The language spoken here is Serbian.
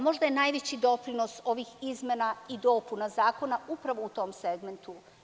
Možda je najveći doprinos ovih izmena i dopuna zakona upravo u tom segmentu.